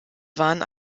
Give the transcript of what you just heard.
waren